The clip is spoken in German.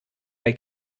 bei